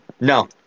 No